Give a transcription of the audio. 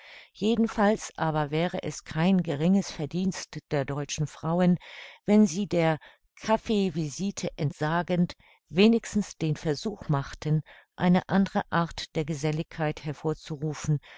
jedenfalls aber wäre es kein geringes verdienst der deutschen frauen wenn sie der kaffeevisite entsagend wenigstens den versuch machten eine andre art der geselligkeit hervorzurufen